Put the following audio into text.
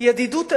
ידידות אמת,